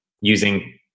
using